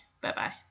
Bye-bye